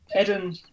Eden